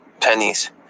pennies